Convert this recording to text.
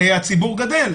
הציבור גדל.